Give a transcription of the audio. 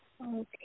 Okay